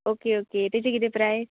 okay okay तेजे कितें प्रायस